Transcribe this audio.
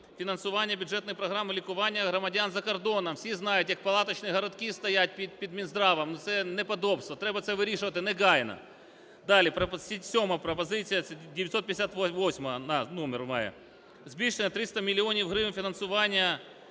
фінансування бюджетної програми лікування громадян за кордоном. Всі знають, як палаточні городки стоять під Мінздравом, і це неподобство, треба це вирішувати негайно. Далі - сьома пропозиція, це 958 номер має: збільшення на 300 мільйонів гривень фінансування